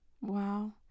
Wow